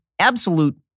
absolute